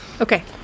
Okay